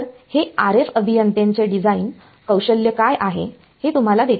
तर हे RF अभियंत्याचे डिझाइन कौशल्य काय आहे आणि ते तुम्हाला देते